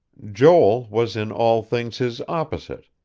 joel was in all things his opposite,